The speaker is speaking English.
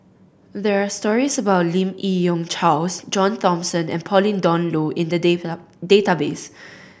there are stories about Lim Yi Yong Charles John Thomson and Pauline Dawn Loh in the data database